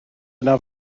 yna